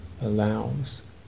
allows